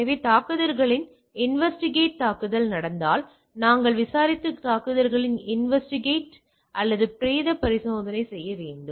எனவே தாக்குதலின் இன்வெஸ்டிகட் தாக்குதல் நடந்தால் நாங்கள் விசாரித்து தாக்குதல்களின் இன்வெஸ்டிகட் அல்லது பிரேத பரிசோதனை செய்ய வேண்டும்